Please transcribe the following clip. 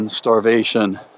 starvation